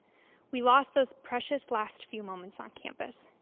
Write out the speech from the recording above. we lost those precious last few moments on campus,